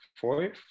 four